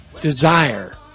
desire